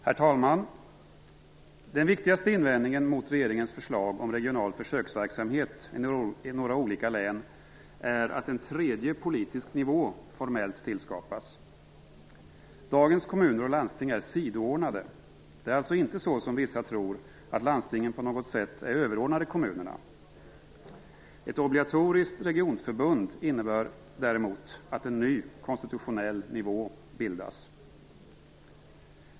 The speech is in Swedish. Herr talman! Den viktigaste invändningen mot regeringens förslag om regional försöksverksamhet i några olika län är att en tredje politisk nivå formellt tillskapas. Dagens kommuner och landsting är sidoordnade. Det är alltså inte så, som vissa tror, att landstingen på något sätt är överordnade kommunerna. Ett obligatoriskt regionförbund innebär däremot att en ny konstitutionell nivå bildas.